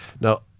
Now